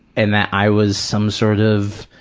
and that i was some sort of,